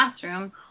classroom